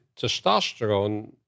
testosterone